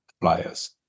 players